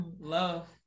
love